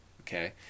okay